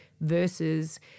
versus